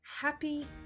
happy